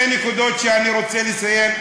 שתי נקודות שאני רוצה לציין: